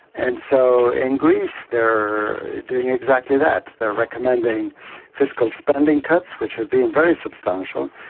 and so in greece they're doing exactly that, they're recommending fiscal spending cuts which have been very substantial,